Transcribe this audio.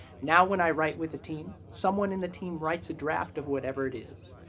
now when i write with a team, someone in the team writes a draft of whatever it is,